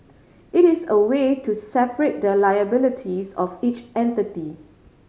it is a way to separate the liabilities of each entity